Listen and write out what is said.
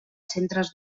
centres